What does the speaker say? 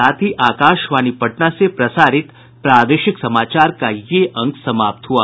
इसके साथ ही आकाशवाणी पटना से प्रसारित प्रादेशिक समाचार का ये अंक समाप्त हुआ